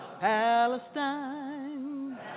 Palestine